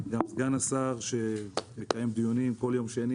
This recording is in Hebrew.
גם סגן השר שמקיים דיונים כל יום שני